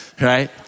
Right